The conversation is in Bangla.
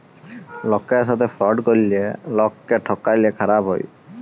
লকের সাথে ফ্রড ক্যরলে লকক্যে ঠকালে খারাপ হ্যায়